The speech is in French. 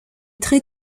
très